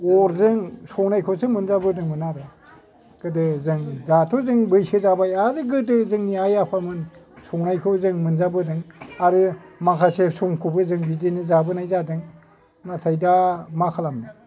अरजों संनायखौसो मोनजाबोदोंमोन आरो गोदो जों दाथ' बैसो जाबाय आरो गोदो जोंनि आइ आफामोन संनायखौ जों मोनजाबोनाय आरो माखासे समखौबो जों बिदिनो जाबोनाय जादों नाथाय दा मा खालामनो